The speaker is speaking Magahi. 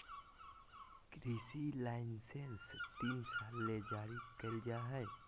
कृषि लाइसेंस तीन साल ले जारी कइल जा हइ